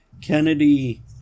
Kennedy